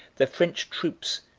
the french troops,